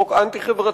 הוא אנטי-חברתי.